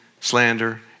slander